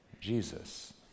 Jesus